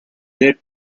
led